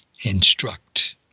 instruct